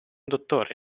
dottore